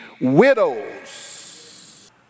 widows